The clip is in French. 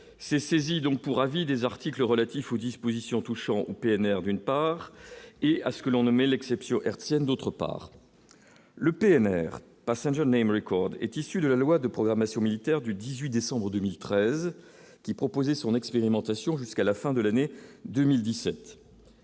Ces saisies donc pour avis des articles relatifs aux dispositions touchant au PNR, d'une part, et à ce que l'on nommait l'exception hertzienne, d'autre part, le PNR Passenger Name Record est issu de la loi de programmation militaire du 18 décembre 2013, qui proposait son expérimentation jusqu'à la fin de l'année 2017